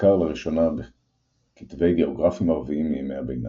ונזכר לראשונה בכתבי גאוגרפים ערביים מימי הביניים.